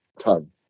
tongue